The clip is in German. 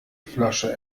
flasche